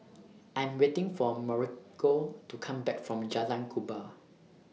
I Am waiting For Mauricio to Come Back from Jalan Kubor